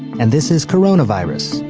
and this is corona virus,